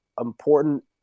important